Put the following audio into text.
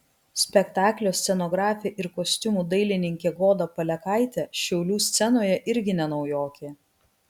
spektaklio scenografė ir kostiumų dailininkė goda palekaitė šiaulių scenoje irgi ne naujokė